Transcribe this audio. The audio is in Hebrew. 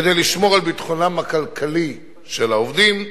כדי לשמור על ביטחונם הכלכלי של העובדים,